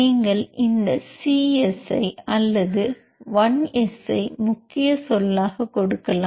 நீங்கள் இந்த CYES ஐ அல்லது 1 YES ஐ முக்கிய சொல்லாக கொடுக்கலாம்